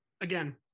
Again